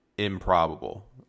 improbable